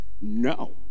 No